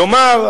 כלומר,